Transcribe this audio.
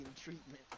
treatment